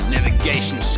Navigation